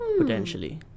Potentially